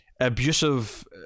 abusive